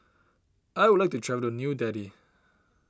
I would like to travel to New Delhi